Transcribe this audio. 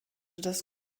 das